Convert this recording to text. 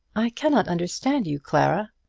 i cannot understand you, clara.